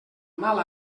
mala